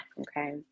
okay